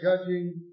judging